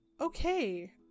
Okay